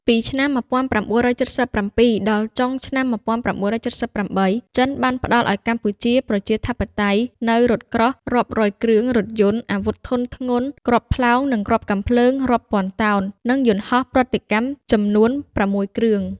ពីឆ្នាំ១៩៧៧ដល់ចុងឆ្នាំ១៩៧៨ ចិនបានផ្តល់ឱ្យកម្ពុជាប្រជាធិបតេយ្យនូវរថក្រោះរាប់រយគ្រឿង រថយន្ត អាវុធធុនធ្ងន់ គ្រាប់ផ្លោងនិងគ្រាប់កាំភ្លើងរាប់ពាន់តោន និងយន្តហោះប្រតិកម្មចំនួនប្រាំមួយគ្រឿង។